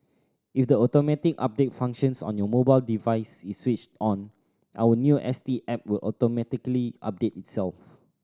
if the automatic update functions on your mobile device is switched on our new S T app will automatically update itself